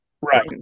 Right